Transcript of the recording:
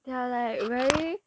they are like very